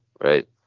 right